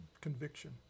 conviction